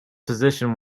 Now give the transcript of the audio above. position